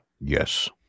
Yes